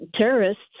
terrorists